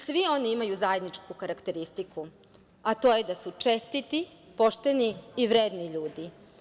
Svi oni imaju zajedničku karakteristiku, a to je da su čestiti, pošteni i vredni ljudi.